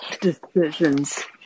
decisions